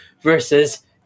versus